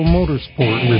Motorsport